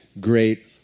Great